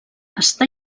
està